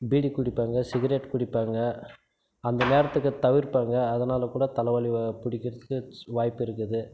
PT குடிப்பாங்க cigarette குடிப்பாங்க அந்த நேரத்துக்கு தவிர்ப்பாங்க அதனால கூட தலைவலி பிடிக்கிறதுக்கு வாய்ப்பு இருக்குது